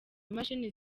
imashini